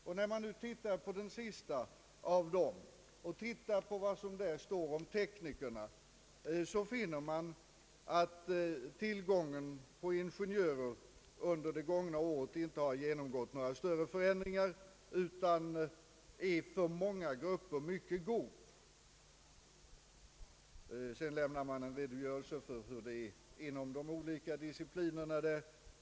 Om man tittar på vad som står om teknikerna i det senaste numret av informationsskriften finner man att tillgången på ingenjörer under det gångna året inte genomgått några större förändringar utan är för många grupper mycket god. I informationsskriften lämnas också en redogörelse för hur läget är inom olika discipliner.